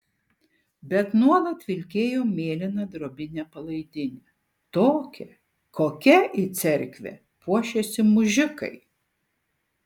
bet nuolat vilkėjo mėlyną drobinę palaidinę tokią kokia į cerkvę puošiasi mužikai